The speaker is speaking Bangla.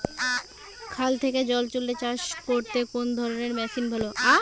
খাল থেকে জল তুলে চাষ করতে কোন ধরনের মেশিন ভালো?